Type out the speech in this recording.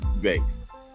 base